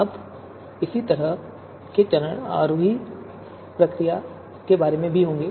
अब इसी तरह के चरण आरोही आसवन प्रक्रिया में हैं